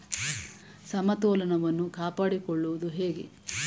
ಸಮತೋಲನವನ್ನು ಕಾಪಾಡಿಕೊಳ್ಳುವುದು ಹೇಗೆ?